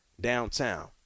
downtown